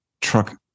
truck